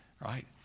right